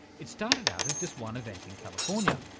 it started out as just one event in california,